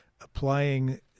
Applying